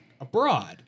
Abroad